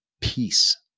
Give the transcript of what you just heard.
peace